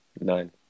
Nine